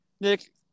Nick